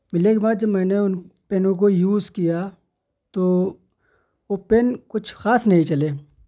ملنے کے بعد جب میں نے ان پینوں کو یوز کیا تو وہ پین کچھ خاص نہیں چلے